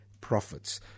profits